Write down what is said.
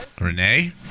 Renee